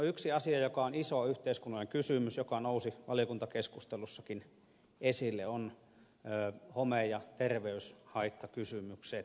yksi asia joka on iso yhteiskunnallinen kysymys joka nousi valiokuntakeskustelussakin esille ovat home ja terveyshaittakysymykset